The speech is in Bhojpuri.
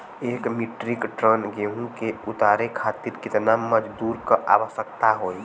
एक मिट्रीक टन गेहूँ के उतारे खातीर कितना मजदूर क आवश्यकता होई?